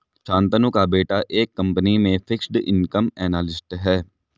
शांतनु का बेटा एक कंपनी में फिक्स्ड इनकम एनालिस्ट है